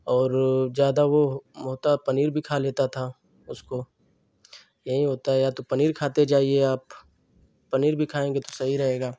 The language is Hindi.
और ज़्यादा वह होता तो पनीर भी खा लेता था उसको यही होता है या तो पनीर खाते जाइए आप पनीर भी खाएँगे तो सही रहेगा